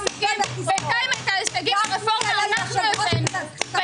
בינתיים את ההישגים של הרפורמה אנחנו הבאנו.